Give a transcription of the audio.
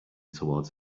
toward